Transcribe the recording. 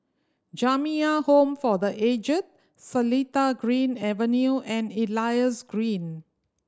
Jamiyah Home for The Aged Seletar Green Avenue and Elias Green